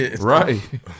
Right